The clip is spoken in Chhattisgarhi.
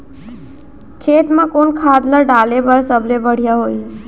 खेत म कोन खाद ला डाले बर सबले बढ़िया होही?